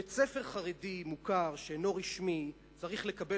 בית-ספר חרדי מוכר שאינו רשמי צריך לקבל